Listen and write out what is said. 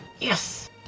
Yes